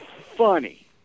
funny